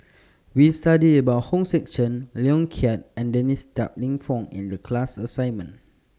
We studied about Hong Sek Chern Lee Yong Kiat and Dennis Tan Lip Fong in The class assignment